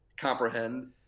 comprehend